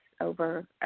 over